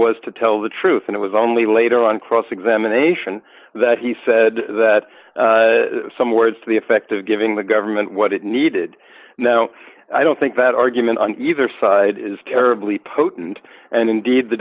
to tell the truth and it was only later on cross examination that he said that some words to the effect of giving the government what it needed now i don't think that argument on either side is terribly potent and indeed the